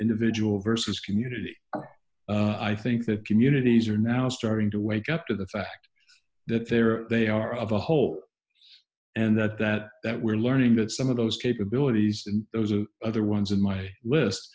individual versus community or i think that communities are now starting to wake up to the fact that there they are of a whole and that that that we're learning that some of those capabilities and those of other ones in my list